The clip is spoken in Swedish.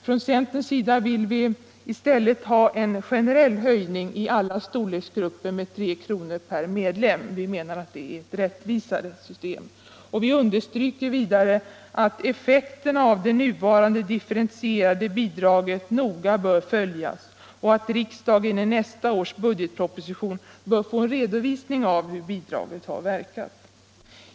Från centerns sida vill vi i stället ha en generell höjning i alla storleksgrupper med 3 kr. per medlem. Vi menar att det är rättvisare. Vi understryker vidare att effekterna av det nuvarande differentierade bidraget noga bör följas och att riksdagen i nästa års budgetproposition bör få en redovisning av hur bidraget har verkat.